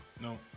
No